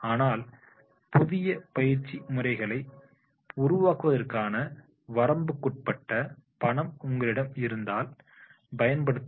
ஆனால் புதிய பயிற்சி முறைகளை உருவாக்குவதற்கான வரம்புக்குட்பட்ட பணம் உங்களிடம் இருந்தால் பயன்படுத்தவும்